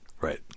Right